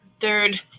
third